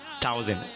thousand